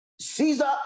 Caesar